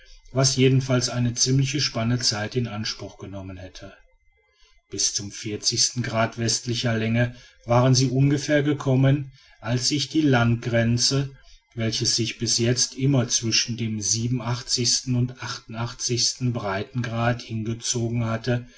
was jedenfalls eine ziemliche spanne zeit in anspruch genommen hätte bis zum grad westl länge waren sie ungefähr gekommen als sich die landgrenze welche sich bis jetzt immer zwischen dem und breitengrad hingezogen hatte